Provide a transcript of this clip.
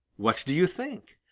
what do you think?